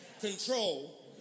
control